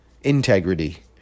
Integrity